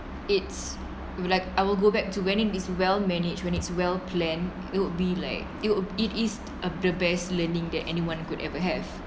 it's like I will go back to when it is well managed when it's well planned it would be like it'll it is the best learning that anyone could ever have